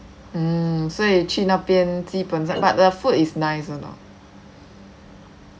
mm 所以去那边基本上 but the food is nice or not